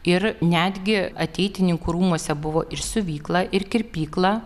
ir netgi ateitininkų rūmuose buvo ir siuvykla ir kirpykla